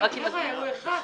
--- הוא אחד.